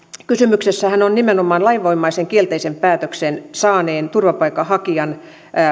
kysymyshän on nimenomaan lainvoimaisen kielteisen päätöksen saaneen turvapaikanhakijan